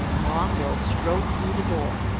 vorongil strode through the door,